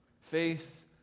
Faith